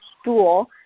stool